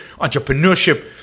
Entrepreneurship